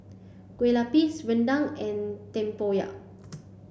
Kue Lupis Rendang and Tempoyak